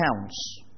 counts